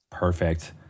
Perfect